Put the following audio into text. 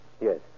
Yes